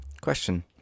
question